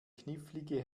knifflige